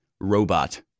robot